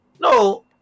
No